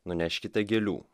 nuneškite gėlių